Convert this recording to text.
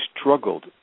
struggled